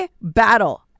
battle